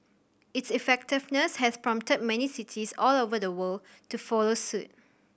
its effectiveness has prompted many cities all over the world to follow suit